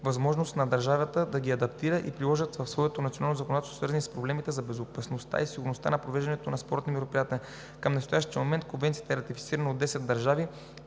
възможност на държавите да ги адаптират и приложат в своето национално законодателство, свързано с проблемите за безопасността и сигурността при провеждането на спортни мероприятия. Към настоящия момент Конвенцията е ратифицирана от 10 държави.